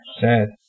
sad